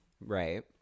Right